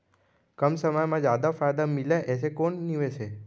कम समय मा जादा फायदा मिलए ऐसे कोन निवेश हे?